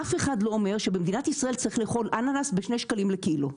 אף אחד לא אומר שבמדינת ישראל צריכים לאכול אננס בשני שקלים לקילו,